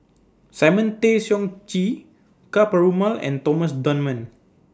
Simon Tay Seong Chee Ka Perumal and Thomas Dunman